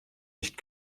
nicht